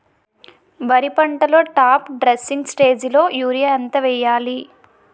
వరి పంటలో top dressing స్టేజిలో యూరియా ఎంత వెయ్యాలి?